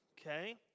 Okay